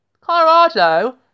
Colorado